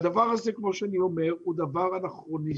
הדבר הזה כמו שאני אומר הוא דבר אנכרוניסטי,